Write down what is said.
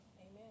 Amen